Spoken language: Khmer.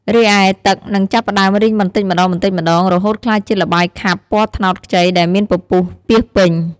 រីឯ ទឹកនឹងចាប់ផ្តើមរីងបន្តិចម្តងៗ រហូតក្លាយជាល្បាយខាប់ពណ៌ត្នោតខ្ចីដែលមានពពុះពាសពេញ។